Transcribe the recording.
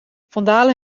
vandalen